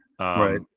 right